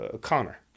Connor